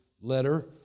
letter